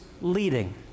leading